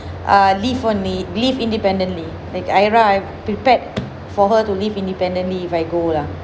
err live only live independently they I ra~ I've prepared for her to live independently if I go lah